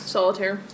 Solitaire